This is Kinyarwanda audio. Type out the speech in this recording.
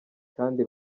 kandi